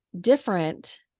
different